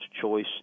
choice